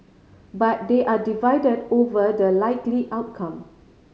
but they are divided over the likely outcome